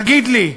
תגיד לי,